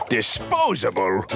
Disposable